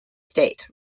states